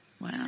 Wow